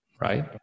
right